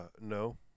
No